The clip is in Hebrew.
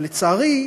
אבל, לצערי,